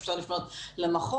אפשר לפנות למחוז.